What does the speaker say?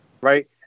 right